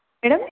madam